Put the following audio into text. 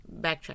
Backtrack